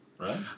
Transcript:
right